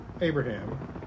Abraham